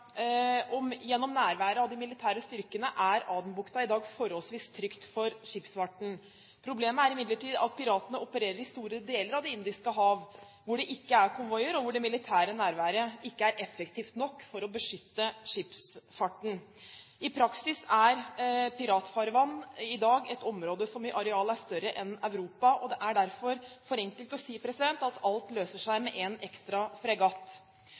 Adenbukta. Gjennom nærværet av de militære styrkene er Adenbukta i dag forholdsvis trygt for skipsfarten. Problemet er imidlertid at piratene opererer i store deler av Det indiske hav, hvor det ikke er konvoier, og hvor det militære nærværet ikke er effektivt nok for å beskytte skipsfarten. I praksis er piratfarvann i dag et område som i areal er større enn Europa, og det er derfor for enkelt å si at alt løser seg med en ekstra fregatt.